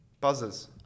buzzers